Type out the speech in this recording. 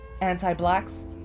anti-blacks